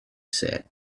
said